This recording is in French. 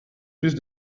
plus